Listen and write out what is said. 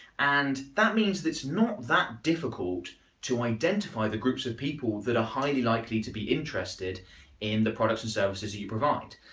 and that means it's not that difficult to identify the groups of people that are highly likely to be interested in the products and services you provide.